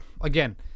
again